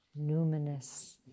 numinous